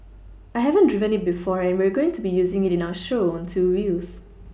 I haven't driven it before and we're going to be using it in our show on two wheels